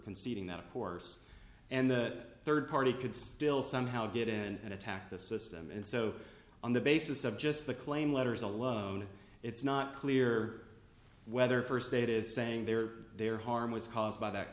conceding that of course and that third party could still somehow get in and attack the system and so on the basis of just the claim letters alone it's not clear whether first date is saying they were there harm was caused by that